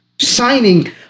signing